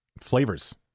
flavors